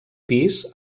pis